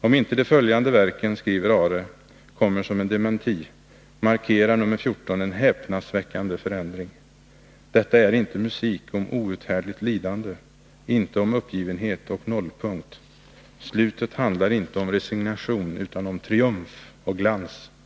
Om inte de följande verken, fortsätter han, kommer som en dementi, markerar nr 14 en häpnadsväckande förändring. Leif Aare framhåller också att detta inte är musik om outhärdligt lidande, inte om uppgivenhet och nollpunkt. Slutet handlar inte om resignation, utan om triumf och glans! heter det.